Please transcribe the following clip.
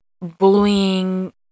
bullying